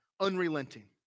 unrelenting